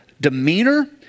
demeanor